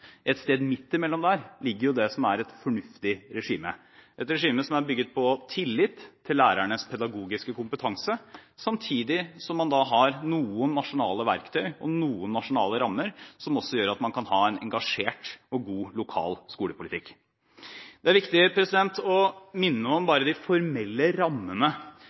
ligger det som er et fornuftig regime – et regime som er bygget på tillit til lærernes pedagogiske kompetanse, samtidig som man har noen nasjonale verktøy og noen nasjonale rammer, som også gjør at man kan ha en engasjert og god lokal skolepolitikk. Det er viktig bare å minne om de formelle rammene.